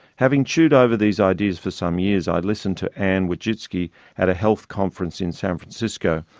having chewed over these ideas for some years, i listened to anne wojcicki at a health conference in san francisco.